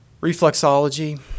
reflexology